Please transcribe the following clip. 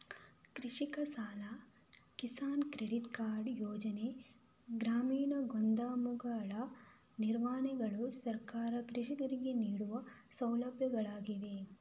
ಕೃಷಿಕ ಸಾಲ, Kisan credit card ಯೋಜನೆ, ಗ್ರಾಮೀಣ ಗೋದಾಮುಗಳ ನಿರ್ಮಾಣಗಳು ಸರ್ಕಾರ ಕೃಷಿಕರಿಗೆ ನೀಡುವ ಸೌಲಭ್ಯಗಳಾಗಿವೆ